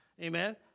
Amen